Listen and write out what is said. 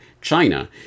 China